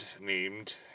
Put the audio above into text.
named